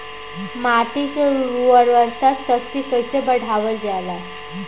माटी के उर्वता शक्ति कइसे बढ़ावल जाला?